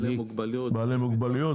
בעלי מוגבלויות,